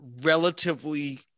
relatively